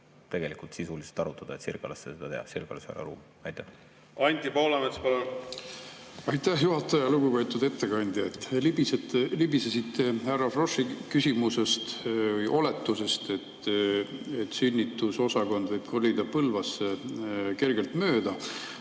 tegelikult sisuliselt arutada, et Sirgalasse seda teha. Sirgalas ei ole ruumi. Anti Poolamets, palun! Aitäh, juhataja! Lugupeetud ettekandja! Libisesite härra Froschi küsimusest, oletusest, et sünnitusosakond võib kolida Põlvasse, kergelt mööda.